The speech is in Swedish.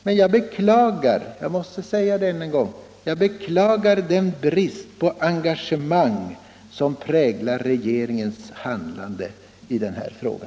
Men jag beklagar — jag måste säga det än en gång — den brist på engagemang som präglar regeringens handlande i denna fråga.